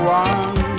one